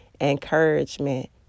encouragement